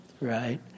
right